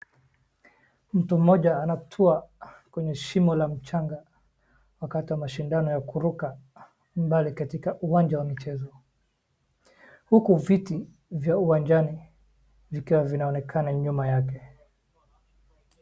Mtu mmoja anatua kwenye shimo la mchanga wakati wa mashindano ya kuruka mbali katika uwanja wa michezo huku viti vya uwanjani vikiwa vinaonekana nyuma yake.